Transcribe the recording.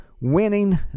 winning